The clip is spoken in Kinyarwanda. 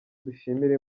dushimire